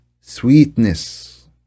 sweetness